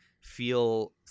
feel